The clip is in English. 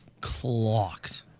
clocked